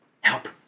help